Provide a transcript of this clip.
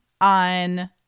on